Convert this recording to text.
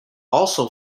also